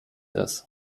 ist